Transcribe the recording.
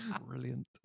Brilliant